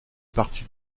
parti